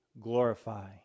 glorify